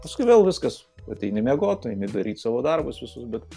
kažkodėl viskas ateini miegot eini daryt savo darbus visus bet